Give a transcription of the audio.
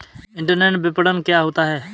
Internet विपणन क्या होता है?